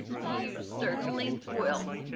you you certainly will!